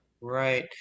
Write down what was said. right